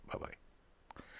Bye-bye